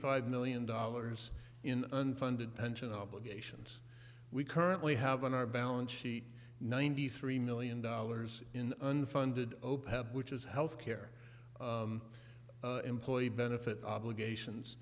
five million dollars in unfunded pension obligations we currently have on our balance sheet ninety three million dollars in unfunded opeth which is health care employee benefit obligations